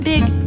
Big